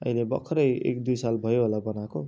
अहिले भर्खर एक दुई साल भयो होला बनाएको